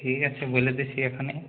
ঠিক আছে বলে দেখি এখনই